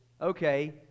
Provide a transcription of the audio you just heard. okay